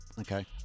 Okay